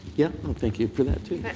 yeah, oh thank you for that too.